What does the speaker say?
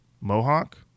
mohawk